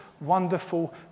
wonderful